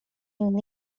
inte